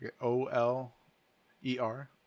O-L-E-R